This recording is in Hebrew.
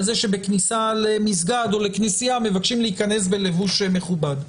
כך שבכניסה למסגד או לכנסייה מבקשים להיכנס בלבוש מכובד.